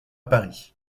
paris